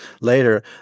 later